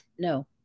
No